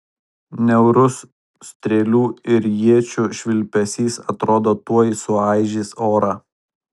niaurus strėlių ir iečių švilpesys atrodo tuoj suaižys orą